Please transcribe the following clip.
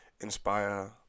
inspire